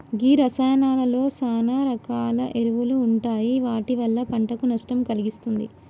గీ రసాయానాలలో సాన రకాల ఎరువులు ఉంటాయి వాటి వల్ల పంటకు నష్టం కలిగిస్తుంది